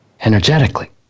energetically